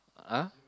!huh!